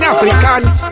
Africans